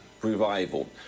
revival